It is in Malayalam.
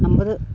അമ്പത്